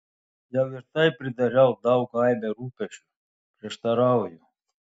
jau ir taip pridariau tau aibę rūpesčių prieštarauju